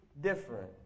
different